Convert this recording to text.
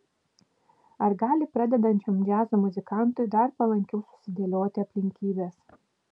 ar gali pradedančiam džiazo muzikantui dar palankiau susidėlioti aplinkybės